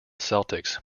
celtics